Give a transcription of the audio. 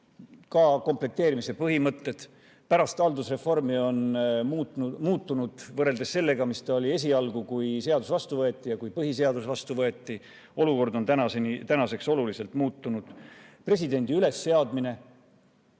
ka komplekteerimise põhimõtted on pärast haldusreformi muutunud võrreldes sellega, mis ta oli esialgu, kui seadus vastu võeti ja kui põhiseadus vastu võeti. Olukord on tänaseks oluliselt muutunud. Presidendi ülesseadmine,